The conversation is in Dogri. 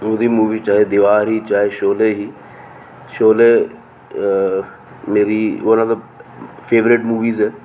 उंदी मूवी चाहे दीवार ही चाहे शोले ही शोले मेरी फेवरेट मूवीज़ ऐ